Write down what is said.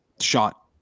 shot